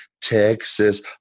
texas